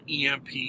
EMP